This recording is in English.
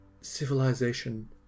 civilization